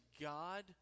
God